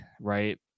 right